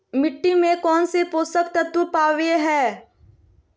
मिट्टी में कौन से पोषक तत्व पावय हैय?